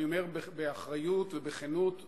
אני אומר באחריות ובכנות מלאה: